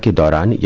da da and yeah